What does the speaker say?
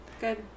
Good